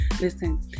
Listen